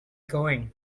going